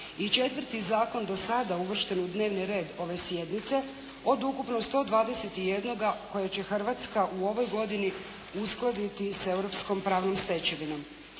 četvrti zakon do sada uvršten u dnevni red ove sjednice od ukupno 121 koje će Hrvatska u ovoj godini uskladiti s europskom pravnom stečevinom.